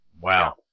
Wow